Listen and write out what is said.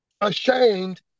ashamed